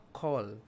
call